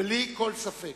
בלי כל ספק.